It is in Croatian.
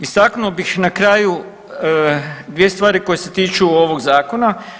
Istaknuo bih na kraju dvije stvari koje se tiču ovog zakona.